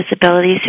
disabilities